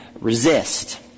Resist